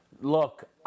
Look